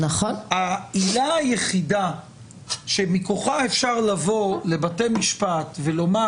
העילה היחידה שמכוחה אפשר לבוא לבתי משפט ולומר